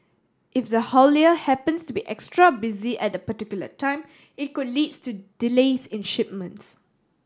if the haulier happens to be extra busy at the particular time it could leads to delays in shipments